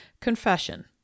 Confession